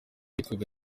yitwaga